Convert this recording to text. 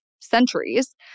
centuries